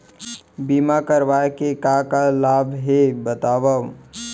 बीमा करवाय के का का लाभ हे बतावव?